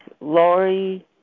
Lori